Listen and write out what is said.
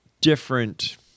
different